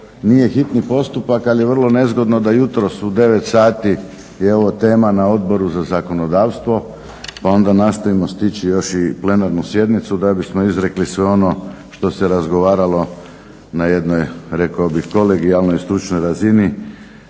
nije hitni postupak ali je vrlo nezgodno da jutros u 9 sati je ovo tema na Odboru za zakonodavstvo pa onda nastojimo stići još i plenarnu sjednicu da bismo izrekli sve ono što se razgovaralo na jednoj rekao bih kolegijalnoj stručnoj razini